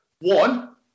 One